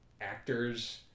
actors